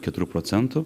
keturių procentų